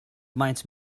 maent